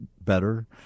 better